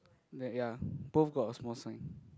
ya both got a small sign